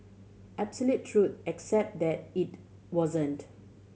absolute truth except then it wasn't